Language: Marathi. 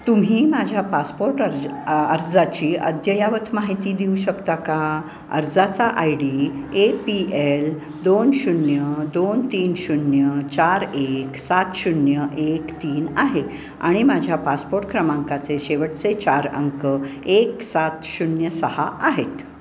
तुम्ही माझ्या पासपोर्ट अर्ज आ अर्जाची अद्ययावत माहिती देऊ शकता का अर्जाचा I D A P L दोन शून्य दोन तीन शून्य चार एक सात शून्य एक तीन आहे आणि माझ्या पासपोट क्रमांकाचे शेवटचे चार अंक एक सात शून्य सहा आहेत